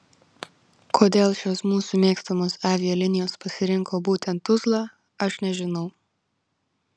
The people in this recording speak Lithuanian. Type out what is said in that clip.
kodėl šios mūsų mėgstamos avialinijos pasirinko būtent tuzlą aš nežinau